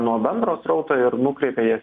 nuo bendro srauto ir nukreipė jas